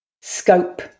scope